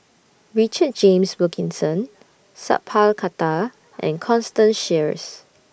Richard James Wilkinson Sat Pal Khattar and Constance Sheares